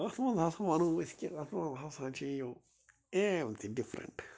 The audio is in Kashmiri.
اَتھ منٛز ہسا ونو أسۍ کہِ اَتھ منٛز ہسا چھِ یِم ایٚم تہِ ڈِفرنٛٹ